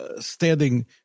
standing